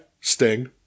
Sting